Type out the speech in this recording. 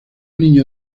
niño